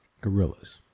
Gorillas